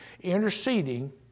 interceding